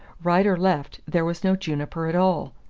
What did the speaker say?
right or left there was no juniper at all!